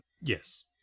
yes